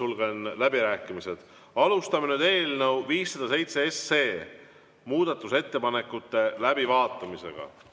Sulgen läbirääkimised. Alustame nüüd eelnõu 507 muudatusettepanekute läbivaatamist.